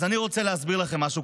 אז אני רוצה להסביר לכם משהו.